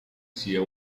sia